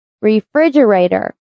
Refrigerator